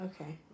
Okay